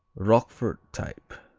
roquefort type.